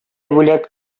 бүләк